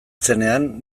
zenean